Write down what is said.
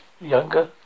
younger